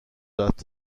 داد